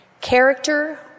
Character